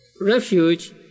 refuge